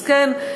אז כן,